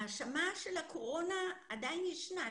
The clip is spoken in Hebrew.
ההאשמה של הקורונה עדיין ישנה.